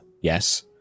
yes